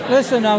Listen